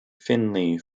finley